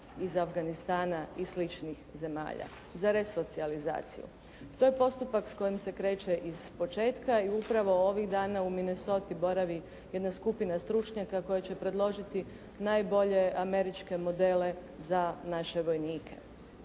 iz Afganistana i sličnih zemalja za resocijalizaciju. To je postupak s kojim se kreće ispočetka i upravo ovih dana u Minesoti boravi jedna skupina stručnjaka koja će predložiti najbolje američke modele za naše vojnike.